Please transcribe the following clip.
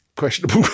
questionable